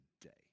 today